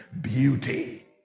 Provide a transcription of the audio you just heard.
beauty